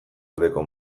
aldeko